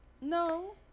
No